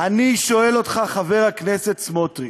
אני שואל אותך, חבר הכנסת סמוטריץ: